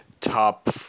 top